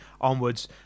onwards